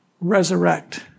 resurrect